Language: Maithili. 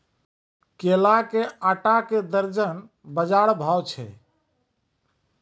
केला के आटा का दर्जन बाजार भाव छ?